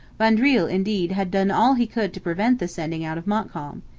vaudreuil, indeed, had done all he could to prevent the sending out of montcalm.